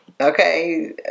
Okay